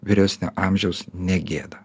vyresnio amžiaus ne gėda